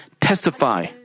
testify